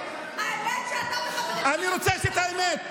האמת שאתה והחברים שלך, אני רוצה את האמת.